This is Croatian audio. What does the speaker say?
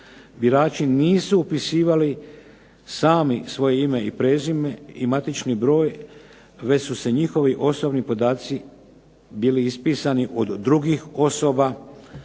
Birači nisu upisivali sami svoje ime i prezime i matični broj već su se njihovi osobni podaci bili ispisani od drugih osoba